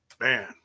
man